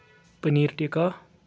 پٔنیٖرٹِکا